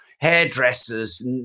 hairdressers